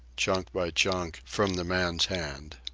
chunk by chunk, from the man's hand.